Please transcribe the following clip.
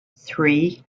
three